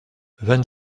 vingt